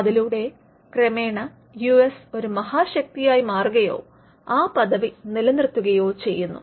അതിലൂടെ ക്രമേണ U S ഒരു മഹാശക്തിയായി മാറുകയോ ആ പദവി നിലനിർത്തുകയോ ചെയ്യുന്നു